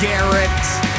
Garrett